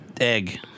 egg